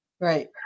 Right